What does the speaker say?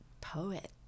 poet